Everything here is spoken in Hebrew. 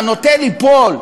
הנוטה ליפול,